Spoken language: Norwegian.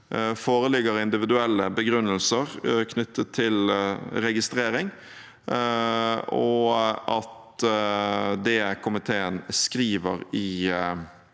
foreligger individuelle begrunnelser knyttet til registrering, og at det komiteen skriver i